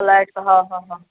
flight का हा हा हाँ